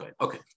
Okay